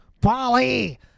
Polly